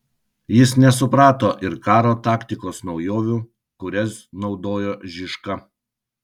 jis nesuprato ir karo taktikos naujovių kurias naudojo žižka